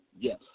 Yes